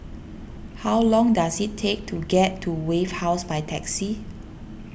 how long does it take to get to Wave House by taxi